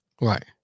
Right